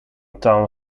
town